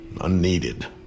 Unneeded